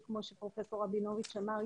שכמו שפרופ' רבינוביץ' אמר,